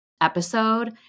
episode